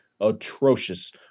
atrocious